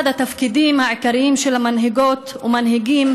אחד התפקידים העיקריים של המנהיגות והמנהיגים